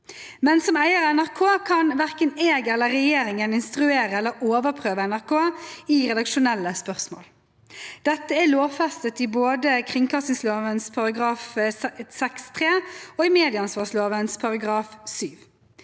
Som eier av NRK kan verken jeg eller regjeringen instruere eller overprøve NRK i redaksjonelle spørsmål. Dette er lovfestet i både kringkastingsloven § 6-3 og i medieansvarsloven § 7.